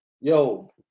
yo